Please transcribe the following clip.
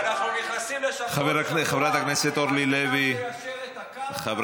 ואנחנו נכנסים שם כל שבוע על מנת ליישר את הקרקע,